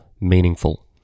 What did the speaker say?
meaningful